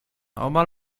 omal